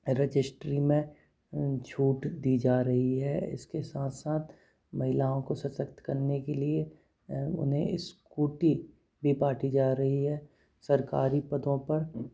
registry में छूट दी जा रही है इसके साथ साथ महिलाओं को सशक्त करने के लिए उन्हें इस्कूटी भी बाँटी जा रही है सरकारी पदों पर